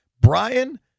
Brian